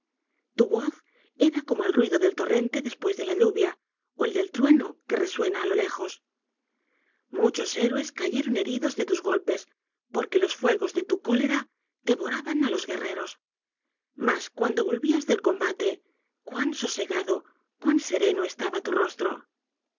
tu voz era como el ruido del torrente después de la lluvia ó el del trueno que resuena á lo lejos muchos héroes cayeron heridos de tus golpes porque los fuegos de tu cólera devoraban á los guerreros mas cuando volvías del combate cuan sosegado cuan sereno estaba tu rostro